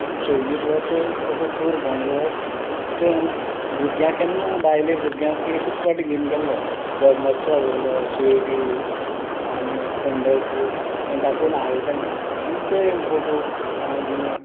सव्वीस वर्सां असो टूर भोंवलो ते भुरग्यांक केन्ना बायले भुरग्यांक एकच फावटी घेवन गेल्लो धर्मस्तळ व्हेलीं शिर्डी आनी पंढरपूर हें दाखोवन हाडलीं तांकां म्हूण ते फोटो आनी